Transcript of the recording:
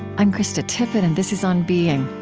i'm krista tippett, and this is on being.